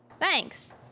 Thanks